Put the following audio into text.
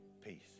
peace